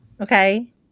Okay